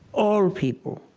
all people,